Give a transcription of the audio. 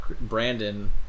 Brandon